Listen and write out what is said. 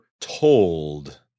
told